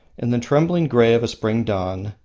in the trembling grey of a spring dawn,